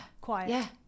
Quiet